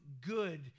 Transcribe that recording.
good